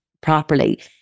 properly